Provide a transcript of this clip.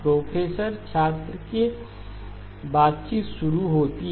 professor छात्र की बातचीत शुरू होती है